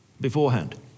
beforehand